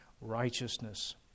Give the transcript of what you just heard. righteousness